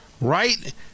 right